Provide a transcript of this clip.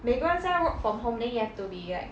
每个人现在 work from home then you have to be like